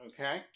Okay